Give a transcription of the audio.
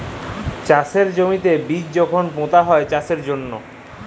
চাষের জমিতে বীজ যখল পুঁতা হ্যয় চাষের জ্যনহে